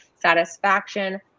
satisfaction